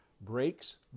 breaks